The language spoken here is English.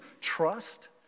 trust